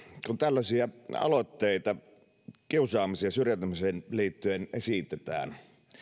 kun tällaisia aloitteita kiusaamiseen ja syrjäytymiseen liittyen esitetään